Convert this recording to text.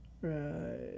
Right